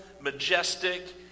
majestic